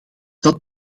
dat